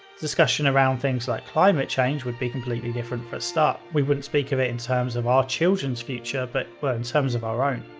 discussion around like climate change would be completely different for a start. we wouldn't speak of it in terms of our children's future, but in terms of our own.